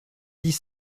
dix